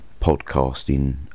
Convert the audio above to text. podcasting